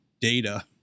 data